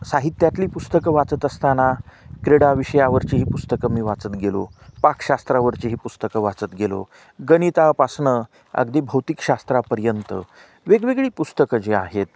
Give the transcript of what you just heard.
साहित्यातली पुस्तकं वाचत असताना क्रीडा विषयावरचीही पुस्तकं मी वाचत गेलो पाकशास्त्रावरचीही पुस्तकं वाचत गेलो गणितापासून अगदी भौतिकशास्त्रापर्यंत वेगवेगळी पुस्तकं जी आहेत